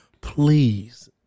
please